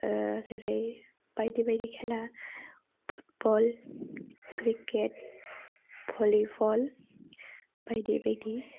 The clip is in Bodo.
जेरै बायदि बायदि खेला फुटबल क्रिकेट भलिबल बायदि बायदि